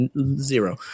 Zero